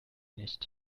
nicht